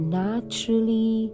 naturally